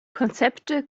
konzepte